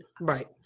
right